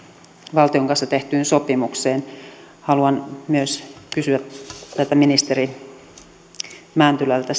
valtion kanssa tekemään sopimukseen haluan myös kysyä ministeri mäntylältä